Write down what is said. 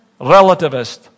relativist